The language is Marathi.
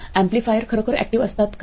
एम्पलीफायर खरोखर ऍक्टिव्ह असतात का